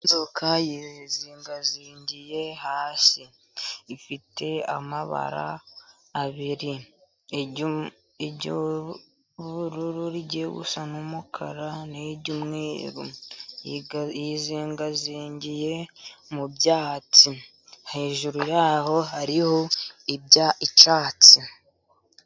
Inzoka yizingazingiye hasi, ifite amabara abiri, iry'ubururu rigiye gusa n'umukara, ni ry'umweru, yizingazingiye mu byatsi, hejuru yaho hariho icyatsi.